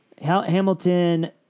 Hamilton